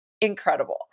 incredible